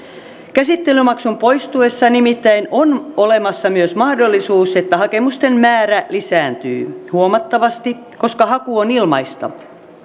käsittelymaksun poistuessa nimittäin on olemassa myös mahdollisuus että hakemusten määrä lisääntyy huomattavasti koska haku on ilmaista